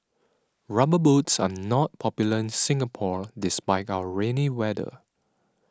rubber boots are not popular in Singapore despite our rainy weather